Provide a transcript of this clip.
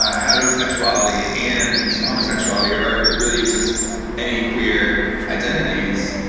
heterosexuality and homosexuality, or really just any queer identities,